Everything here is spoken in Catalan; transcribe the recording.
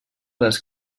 les